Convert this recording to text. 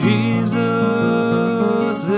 Jesus